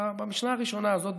במשנה הראשונה הזאת,